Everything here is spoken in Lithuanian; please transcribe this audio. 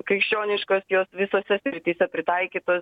krikščioniškos jos visose srityse pritaikytos